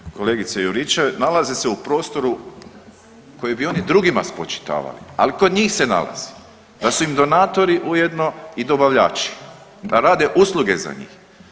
Znači kolegice Juričev nalazi se u prostoru koje bi oni drugima spočitavali, ali kod njih se nalazi da su im donatori ujedno i dobavljači, da rade usluge za njih.